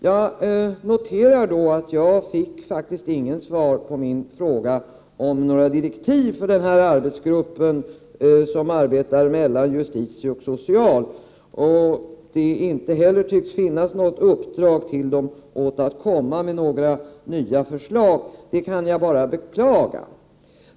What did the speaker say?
Jag noterar att jag inte fick något svar på min fråga om det fanns några direktiv för den arbetsgrupp som arbetar under justitiedepartementet och socialdepartementet. Det tycks heller inte finnas något uppdrag åt den att komma med några nya förslag, och det kan jag bara beklaga.